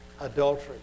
adultery